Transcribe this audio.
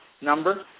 number